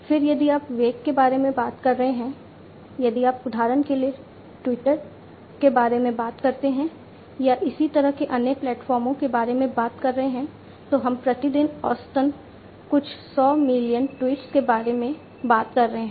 फिर यदि आप वेग के बारे में बात कर रहे हैं यदि आप उदाहरण के लिए ट्विटर के बारे में बात करते हैं या इसी तरह के अन्य प्लेटफार्मों के बारे में बात कर रहे हैं तो हम प्रति दिन औसतन कुछ 100 मिलियन ट्वीट्स के बारे में बात कर रहे हैं